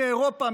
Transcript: מאירופה,